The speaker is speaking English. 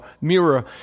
mirror